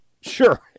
Sure